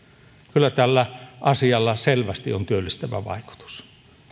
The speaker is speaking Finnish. kyllä tällä asialla selvästi on työllistävä vaikutus